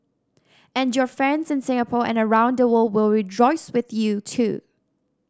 and your friends in Singapore and around the world will rejoice with you too